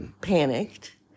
panicked